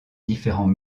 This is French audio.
différents